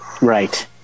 Right